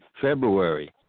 February